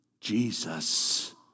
Jesus